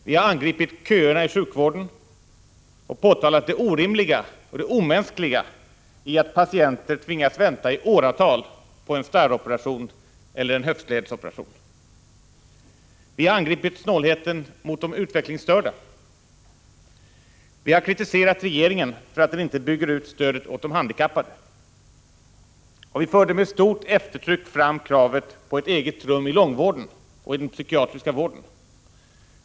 Vi har angripit köerna i sjukvården och påtalat det orimliga och de omänskliga i att patienter tvingas vänta i åratal på en starroperation eller en höftledsoperation. I Vi har angripit snålheten mot de utvecklingsstörda. | Vi har kritiserat regeringen för att den inte bygger ut stödet åt de handikappade. | Och vi förde med stort eftertryck fram kravet på ett eget rum i långvården och i den psykiatriska vården.